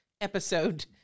episode